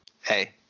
Hey